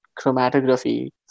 chromatography